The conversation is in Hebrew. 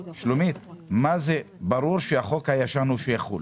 שלומית, ברור שהחוק הישן הוא שיחול,